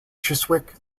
chiswick